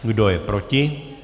Kdo je proti?